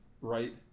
Right